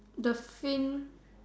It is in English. the fin